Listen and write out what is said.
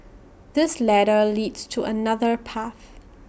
this ladder leads to another path